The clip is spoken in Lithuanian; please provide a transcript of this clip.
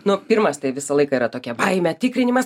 nuo pirmas tai visą laiką yra tokia baimė tikrinimas